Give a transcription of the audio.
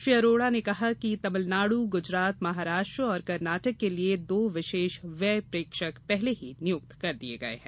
श्री अरोड़ा ने कहा कि तमिलनाडु गुजरात महाराष्ट्र और कर्नाटक के लिए दो विशेष व्यय प्रेक्षक पहले ही नियुक्ति कर दिये गये हैं